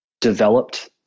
developed